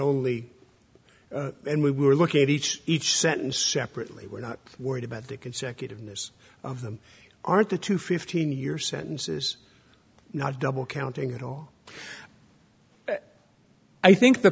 only and we were looking at each each sentence separately we're not worried about the consecutive miss of them aren't the two fifteen year sentences not double counting at all i think the